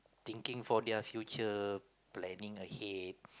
thinking for their future planning ahead